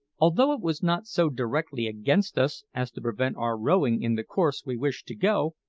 although it was not so directly against us as to prevent our rowing in the course we wished to go,